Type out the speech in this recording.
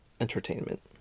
entertainment